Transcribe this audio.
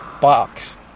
box